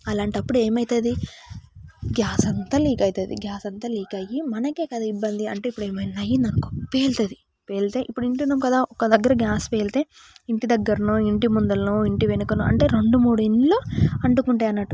అలాంటప్పుడు ఏమైతుంది గ్యాస్ అంతా లీక్ అవుతుంది గ్యాస్ అంతా లీక్ అయ్యి మనకు కదా ఇబ్బంది అంటే ఇప్పుడు ఏమైనా అయిందనుకో పేలుతుంది పేల్తే ఇప్పుడు వింటున్నాం కదా ఒక దగ్గర గ్యాస్ పేలితే ఇంటి దగ్గరనో ఇంటి ముందరనో ఇంటి వెనుకనో అంటే రెండు మూడు ఇళ్ళు అంటుకుంటాయి అన్నట్టు